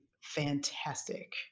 fantastic